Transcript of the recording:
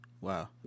Wow